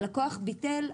הלקוח ביטל,